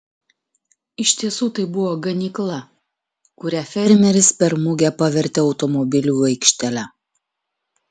iš tiesų tai buvo ganykla kurią fermeris per mugę pavertė automobilių aikštele